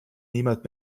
niemand